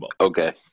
Okay